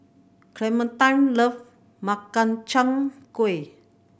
Clementine love Makchang Gui